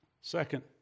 Second